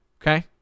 Okay